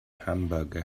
hamburger